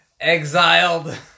Exiled